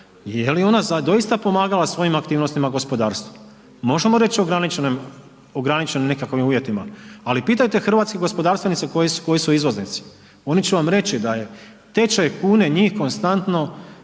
je li ona doista pomagala svojim aktivnostima gospodarstvu, možemo reći ograničenim nekakvim uvjetima. Ali pitajte hrvatske gospodarstvenike koji su izvoznici. Oni će vam reći da je tečaj kune njih konstantno,